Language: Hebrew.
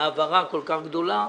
העברה כל כך גדולה,